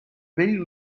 vell